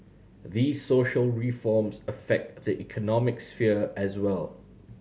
these social reforms affect the economic sphere as well